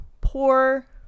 poor